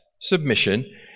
submission